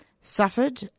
suffered